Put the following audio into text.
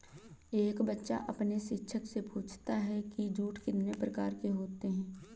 एक बच्चा अपने शिक्षक से पूछता है कि जूट कितने प्रकार के होते हैं?